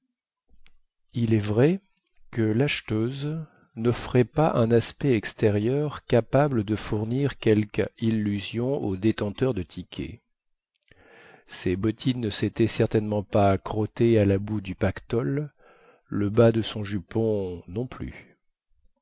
il est vrai que lacheteuse noffrait pas un aspect extérieur capable de fournir quelque illusion aux détenteurs de tickets ses bottines ne sétaient certainement pas crottées à la boue du pactole le bas de son jupon non plus